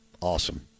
awesome